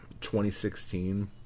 2016